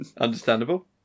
Understandable